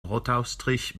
brotaufstrich